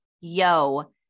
yo